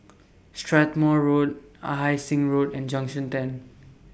Strathmore Road Ah Hai Sing Road and Junction ten